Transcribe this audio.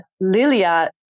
Lilia